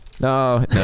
no